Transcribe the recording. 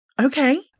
Okay